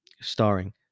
starring